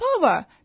power